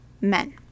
men